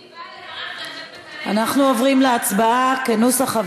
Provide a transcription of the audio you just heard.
היא באה לברך ויוצאת מקללת.